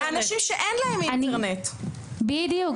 בדיוק,